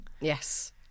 Yes